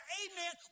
amen